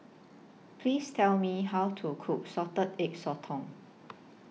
Please Tell Me How to Cook Salted Egg Sotong